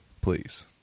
please